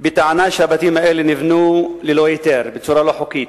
בטענה שהבתים האלו נבנו ללא היתר, בצורה לא חוקית.